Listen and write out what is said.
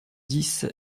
dix